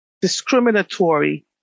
discriminatory